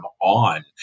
on